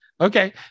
Okay